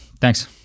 Thanks